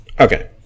Okay